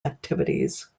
activities